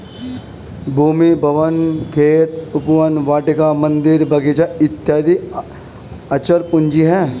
भूमि, भवन, खेत, उपवन, वाटिका, मन्दिर, बगीचा इत्यादि अचल पूंजी है